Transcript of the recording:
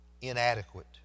inadequate